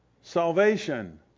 salvation